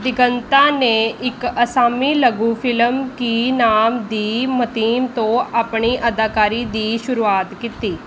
ਦਿਗੰਤਾ ਨੇ ਇੱਕ ਅਸਾਮੀ ਲਘੂ ਫਿਲਮ ਕੀ ਨਾਮ ਦੀ ਮਤੀਮ ਤੋਂ ਆਪਣੀ ਅਦਾਕਾਰੀ ਦੀ ਸ਼ੁਰੂਆਤ ਕੀਤੀ